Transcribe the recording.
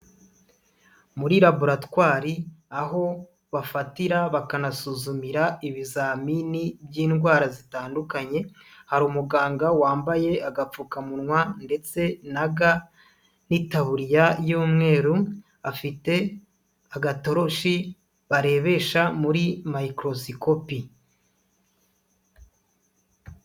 Muri raburatwari aho bafatira bakanasuzumira ibizamini by'indwara zitandukanye hari umuganga wambaye agapfukamunwa ndetse na ga n'itaburiya y'umweru, afite agatoroshi barebesha muri mayikorosikopi.